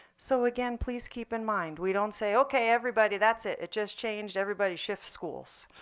so again, please keep in mind, we don't say, ok, everybody, that's it. it just changed. everybody shift schools.